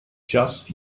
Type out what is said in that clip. just